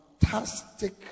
fantastic